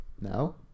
now